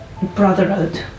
Brotherhood